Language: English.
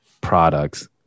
products